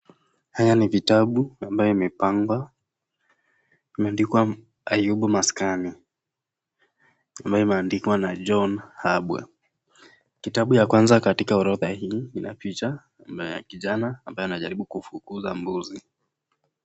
Haya ni vitabu ambaye imepangwa, imeandikwa Ayumbu Mashakani ambaye imeandikwa na John Habwe. Kitabu ya kwanza katika orodha hii inapicha ya kijana ambaye anajalibu kufukuza mbuzi.